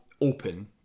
open